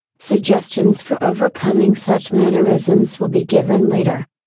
suggestions for overcoming such mannerisms will be given later.